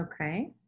Okay